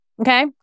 Okay